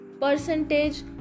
percentage